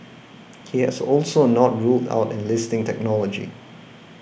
he has also a not ruled out enlisting technology